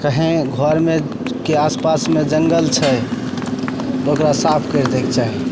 कहीं घरमेके आसपासमे जङ्गल छै तऽ ओकरा साफ करि दैक चाही